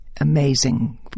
amazing